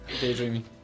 daydreaming